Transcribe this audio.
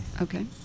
okay